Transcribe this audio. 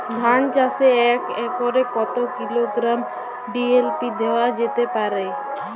ধান চাষে এক একরে কত কিলোগ্রাম ডি.এ.পি দেওয়া যেতে পারে?